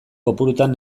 kopurutan